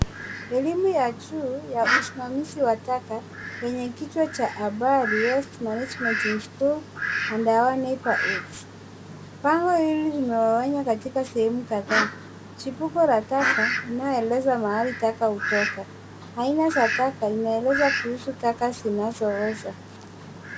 Elimu ya juu ya usimamizi wa taka yenye kichwa cha habari waste management in school and our neighborhoods. . Bango hili limegawanywa katika sehemu kadhaa. Chipuko la taka linaeleza mahali taka hutoka, aina za taka inaeleza kuhusu taka zinazooza.